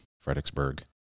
Fredericksburg